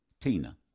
Tina